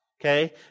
Okay